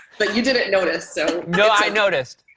but you didn't notice, so. no, i noticed.